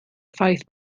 ffaith